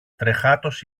τρεχάτος